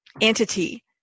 entity